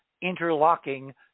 interlocking